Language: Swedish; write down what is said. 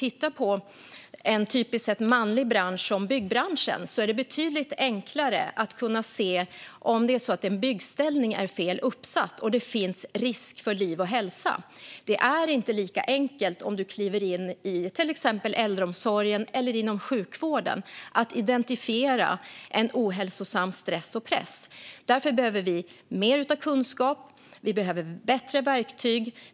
I en typiskt manlig bransch som byggbranschen är det enkelt att se om en byggställning är fel uppsatt och det finns risk för liv och hälsa. Det är inte lika enkelt att i äldreomsorgen eller sjukvården identifiera en ohälsosam stress och press. Därför behöver vi mer kunskap och bättre verktyg.